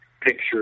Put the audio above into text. picture